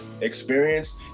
experience